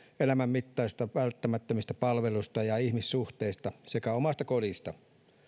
elämän mittaisista välttämättömistä palveluista ja ihmissuhteista sekä omasta kodista